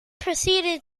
proceeded